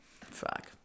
Fuck